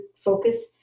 focus